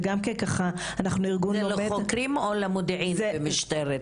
זה גם כן --- לחוקרים או למודיעין במשטרת ישראל?